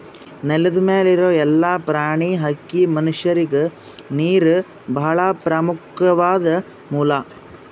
ನೆಲದ್ ಮ್ಯಾಲ್ ಇರೋ ಎಲ್ಲಾ ಪ್ರಾಣಿ, ಹಕ್ಕಿ, ಮನಷ್ಯರಿಗ್ ನೀರ್ ಭಾಳ್ ಪ್ರಮುಖ್ವಾದ್ ಮೂಲ